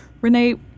Renee